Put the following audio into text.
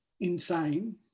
insane